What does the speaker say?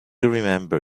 remember